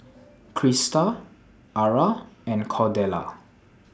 Crysta Ara and Cordella